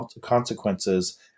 consequences